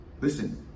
Listen